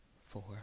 four